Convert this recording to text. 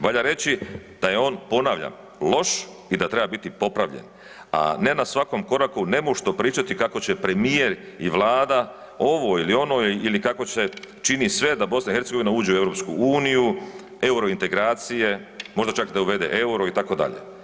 Valja reći da je on ponavljam, loš i da treba biti popravljen, a ne na svakom koraku nemušto pričati kako će premijer i Vlada ovo ili ono ili kako će čini sve da BiH uđe u EU, euro integracije, možda čak da uvede euro itd.